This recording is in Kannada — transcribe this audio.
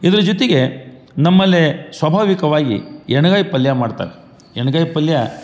ಇದ್ರ ಜೊತೆಗೆ ನಮ್ಮಲ್ಲೆ ಸ್ವಾಭಾವಿಕವಾಗಿ ಎಣ್ಗಾಯಿ ಪಲ್ಯ ಮಾಡ್ತಾರೆ ಎಣ್ಗಾಯಿ ಪಲ್ಯ